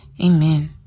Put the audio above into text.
Amen